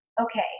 okay